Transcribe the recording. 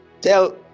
tell